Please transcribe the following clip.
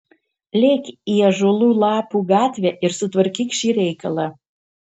lėk į ąžuolų lapų gatvę ir sutvarkyk šį reikalą